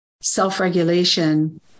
self-regulation